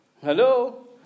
Hello